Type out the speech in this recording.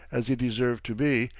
as he deserved to be,